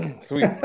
Sweet